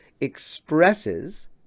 expresses